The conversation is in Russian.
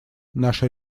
наша